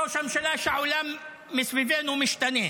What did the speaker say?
ראש הממשלה, שהעולם מסביבנו משתנה.